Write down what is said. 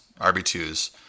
RB2s